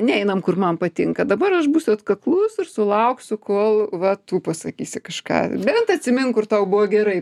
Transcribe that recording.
neinam kur man patinka dabar aš būsiu atkaklus ir sulauksiu kol va tu pasakysi kažką bent atsimink kur tau buvo gerai